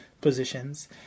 positions